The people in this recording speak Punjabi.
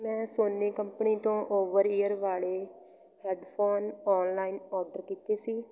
ਮੈਂ ਸੋਨੀ ਕੰਪਨੀ ਤੋਂ ਓਵਰ ਈਅਰ ਵਾਲੇ ਹੈਡਫੋਨ ਔਨਲਾਈਨ ਔਡਰ ਕੀਤੇ ਸੀ